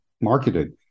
marketed